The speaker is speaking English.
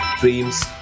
dreams